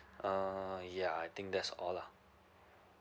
err ya I think that's all lah